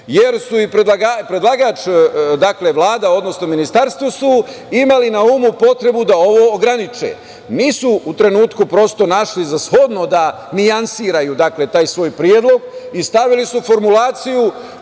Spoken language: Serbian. jer su i predlagači, Vlada, odnosno Ministarstvo, imali na umu potrebu da ovo ograniče. Nisu u trenutku prosto našli za shodno da nijansiraju taj svoj predlog i stavili su formulaciju